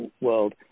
world